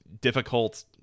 difficult